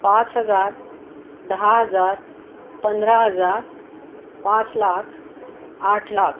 पाच हजार दहा हजार पंधरा हजार पाच लाख आठ लाख